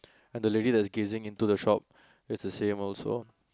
and the lady that's gazing into the shop is the same also